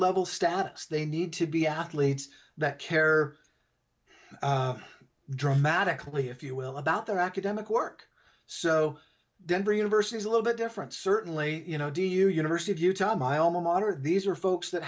level stats they need to be athletes that care dramatically if you will about their academic work so denver university is a little bit different certainly you know do you university of utah mile moderate these are folks that